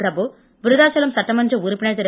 பிரபு விருத்தாசலம் சட்டமன்ற உறுப்பினர் திரு